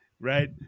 right